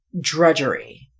drudgery